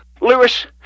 Lewis